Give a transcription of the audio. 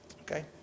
Okay